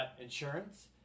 insurance